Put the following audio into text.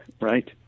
right